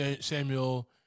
Samuel